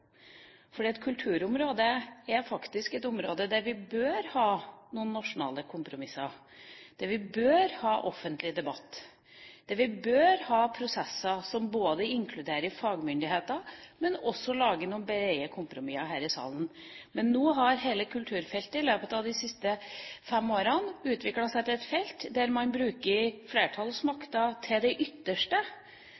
fordi kulturområdet er faktisk et område der vi bør ha noen nasjonale kompromisser, der vi bør ha offentlig debatt, der vi både bør ha prosesser som inkluderer fagmyndighetene og lage noen brede kompromisser her i salen. Nå har hele kulturfeltet i løpet av de siste fem årene utviklet seg til et felt der man bruker